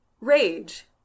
rage